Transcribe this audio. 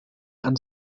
and